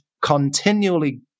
continually